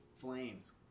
flames